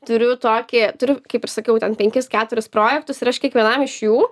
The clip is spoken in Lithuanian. turiu tokį turiu kaip ir sakiau ten penkis keturis projektus ir aš kiekvienam iš jų